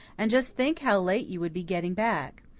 and just think how late you would be getting back.